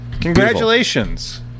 Congratulations